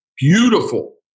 beautiful